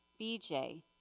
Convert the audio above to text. BJ